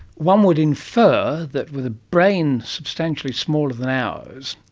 one would infer that with a brain substantially smaller than ours,